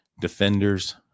defenders